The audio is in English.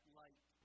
light